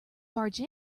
barge